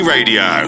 Radio